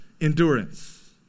endurance